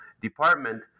department